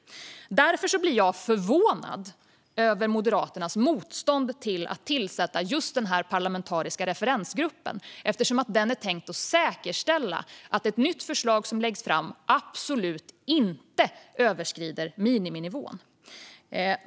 Därför blir jag förvånad över Moderaternas motstånd mot att tillsätta den parlamentariska referensgruppen. Den är ju tänkt att säkerställa att ett nytt förslag som läggs fram absolut inte överskrider miniminivån.